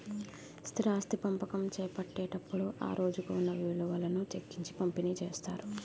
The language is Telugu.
స్థిరాస్తి పంపకం చేపట్టేటప్పుడు ఆ రోజుకు ఉన్న విలువను లెక్కించి పంపిణీ చేస్తారు